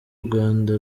rwanda